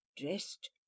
dressed